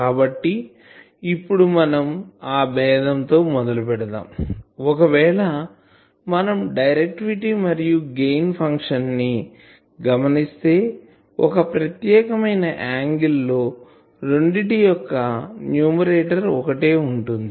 కాబట్టి ఇప్పుడు మనం ఆ బేధం తో మొదలు పెడదాంఒకవేళ మనం డైరెక్టివిటీ మరియు గెయిన్ ఫంక్షన్ ని గమనిస్తే ఒక ప్రత్యేకమైన యాంగిల్ లో రెండిటి యొక్క న్యూమరేటర్ ఒకటే ఉంటుంది